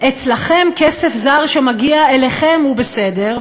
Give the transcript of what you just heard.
אצלכם כסף זר שמגיע אליכם הוא בסדר,